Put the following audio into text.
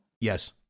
Yes